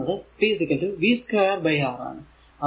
power എന്നത് p v2 R ആണ്